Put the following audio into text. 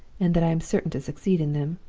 and that i am certain to succeed in them.